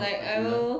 like I will